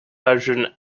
hydrogen